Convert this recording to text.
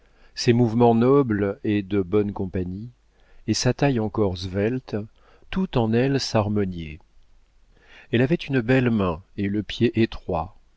ses mouvements nobles et de bonne compagnie et sa taille encore svelte tout en elle s'harmoniait elle avait une belle main et le pied étroit